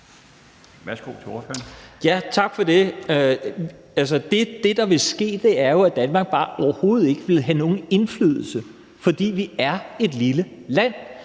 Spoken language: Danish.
Kl. 16:21 Kim Valentin (V): Tak for det. Det, der ville ske, var, at Danmark bare overhovedet ikke ville have nogen indflydelse, fordi vi er et lille land.